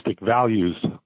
values